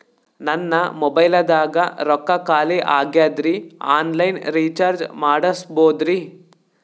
ನನ್ನ ಮೊಬೈಲದಾಗ ರೊಕ್ಕ ಖಾಲಿ ಆಗ್ಯದ್ರಿ ಆನ್ ಲೈನ್ ರೀಚಾರ್ಜ್ ಮಾಡಸ್ಬೋದ್ರಿ?